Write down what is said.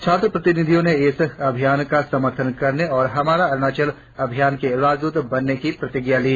छात्र प्रतिनिधियों ने इस अभियान समर्थन करने और हमारा अरुणाचल अभियान के राजद्रत बनने की प्रतिज्ञा ली